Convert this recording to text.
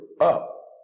up